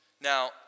Now